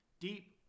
deep